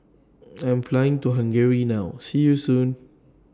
I Am Flying to Hungary now See YOU Soon